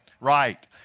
Right